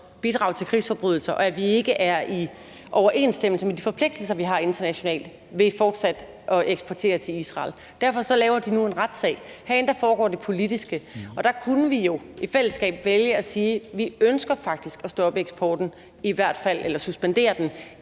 bidrage til krigsforbrydelser, og at vi ikke er i overensstemmelse med de forpligtelser, vi har internationalt, ved fortsat at eksportere til Israel. Derfor laver de nu en retssag. Herinde foregår det politiske, og der kunne vi jo i fællesskab vælge at sige: Vi ønsker faktisk at stoppe eksporten eller i hvert fald suspendere den